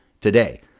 today